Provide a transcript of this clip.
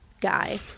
guy